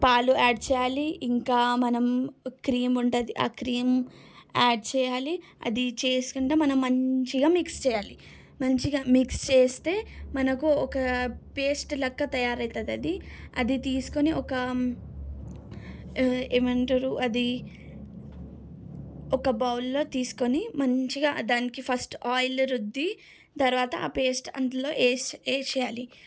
పాలు యాడ్ చేయాలి ఇంకా మనం క్రీం ఉంటుంది ఆ క్రీం యాడ్ చేయాలి అది చేసుకుంటూ మనం మంచిగా మిక్స్ చేయాలి మంచిగా మిక్స్ చేస్తే మనకు ఒక పేస్టు లాగా తయారైతుంది అది అది తీసుకొని ఒక ఏమంటారు అది ఒక బౌల్లో తీసుకొని మంచిగా దానికి ఫస్ట్ ఆయిల్ రుద్ది తర్వాత ఆ పేస్ట్ అందులో వేసీ వేసేయాలి